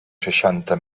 seixanta